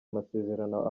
amasezerano